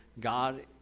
God